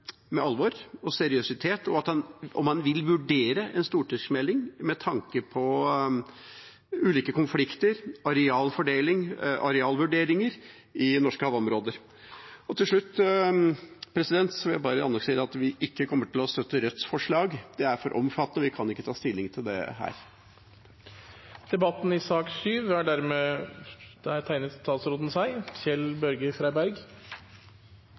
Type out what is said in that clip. med alvor og seriøsitet, og om han vil vurdere en stortingsmelding med tanke på ulike konflikter, arealfordeling og arealvurdering i norske havområder. Til slutt vil jeg bare annonsere at vi ikke kommer til å støtte Rødts forslag. Det er for omfattende, og vi kan ikke ta stilling til det her. Representanten etterlyser hvordan vi skal ivareta fiskeriene på en god måte – og vil vi gjøre det? Svaret mitt på det er